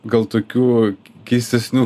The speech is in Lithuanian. gal tokių keistesnių